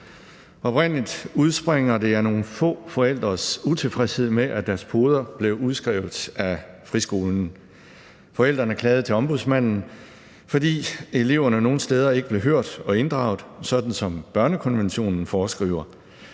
udsprang forslaget af nogle få forældres utilfredshed med, at deres poder blev udskrevet af friskolen. Forældrene klagede til Ombudsmanden, fordi eleverne nogle steder ikke blev hørt og inddraget, sådan som børnekonventionen foreskriver.